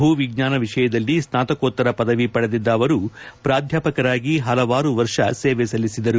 ಭೂವಿಜ್ಣಾನ ವಿಷಯದಲ್ಲಿ ಸ್ನಾತಕೋತ್ತರ ಪದವಿ ಪಡೆದಿದ್ದ ಅವರು ಪ್ರಾಧ್ಯಾಪಕರಾಗಿ ಪಲವಾರು ವರ್ಷ ಸೇವೆ ಸಲ್ಲಿಸಿದರು